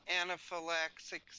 anaphylaxis